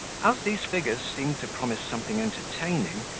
as these figures seemed to promise something entertaining,